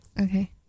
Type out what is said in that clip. Okay